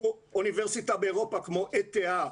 אוניברסיטה באירופה כמו ETH,